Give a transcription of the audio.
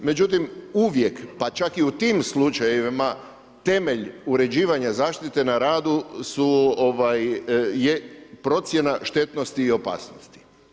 Međutim, uvijek pa čak i u tim slučajevima temelj uređivanja zaštite na radu je procjena štetnosti i opasnosti.